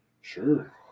Sure